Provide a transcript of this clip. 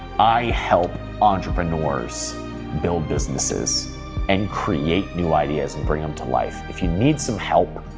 i help entrepreneurs build businesses and create new ideas and bring them to life. if you need some help,